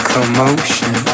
Commotion